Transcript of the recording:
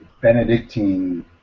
Benedictine